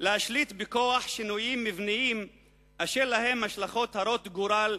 להשליט בכוח שינויים מבניים אשר להם השלכות הרות-גורל,